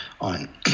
on